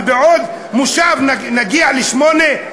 ובעוד מושב נגיע לשמונה?